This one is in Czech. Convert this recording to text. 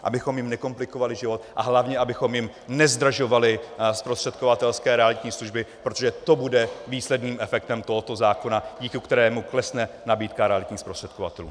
abychom jim nekomplikovali život a hlavně abychom jim nezdražovali zprostředkovatelské realitní služby, protože to bude výsledným efektem tohoto zákona, díky kterému klesne nabídka realitních zprostředkovatelů.